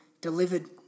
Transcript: delivered